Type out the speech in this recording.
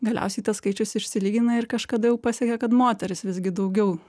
galiausiai tas skaičius išsilygina ir kažkada jau pasiekia kad moterys visgi daugiau